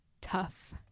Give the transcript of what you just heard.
tough